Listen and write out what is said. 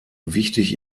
wichtig